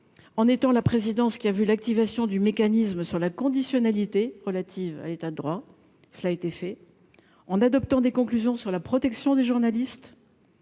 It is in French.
en étant la présidence qui a vu l'activation du mécanisme sur la conditionnalité relatives à l'état de droit, cela a été fait en adoptant des conclusions sur la protection des journalistes